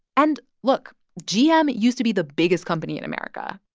and look. gm used to be the biggest company in america.